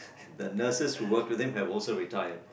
the nurses who work there have also retired